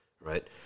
right